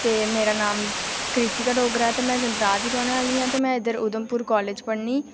ते मेरा नाम कृतिका डोगरा ते में जंद्राह दी रौह्ने आह्ली आं ते में इद्धर उधमपुर कॉलेज च पढ़नी